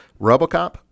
Robocop